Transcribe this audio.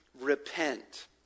repent